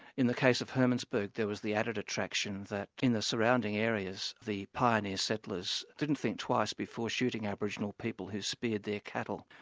in the case of hermannsburg, there was the added attraction that in the surrounding areas, the pioneer settlers didn't think twice before shooting aboriginal people who speared their cattle,